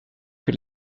que